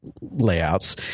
layouts